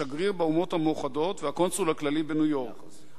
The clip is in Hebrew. השגריר באומות-המאוחדות והקונסול הכללי בניו-יורק.